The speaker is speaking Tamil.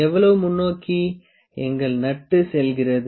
எவ்வளவு முன்னோக்கி எங்கள் நட்டு செல்கிறது